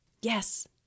Yes